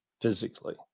physically